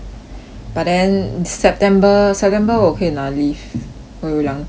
but then september september 我可以拿 leave 我有两天的 leave